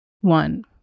One